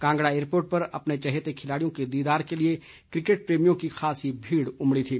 Kangra airport पर अपने चहेते खिलाड़ियों के दीदार के लिए क्रिकेट प्रेमियों की खासी भीड़ उमड़ी थी